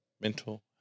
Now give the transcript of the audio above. Mental